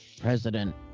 President